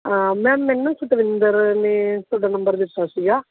ਹਾਂ ਮੈਮ ਮੈਨੂੰ ਸਤਵਿੰਦਰ ਨੇ ਤੁਹਾਡਾ ਨੰਬਰ ਦਿੱਤਾ ਸੀਗਾ